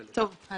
טוב.